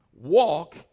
Walk